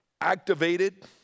activated